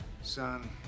son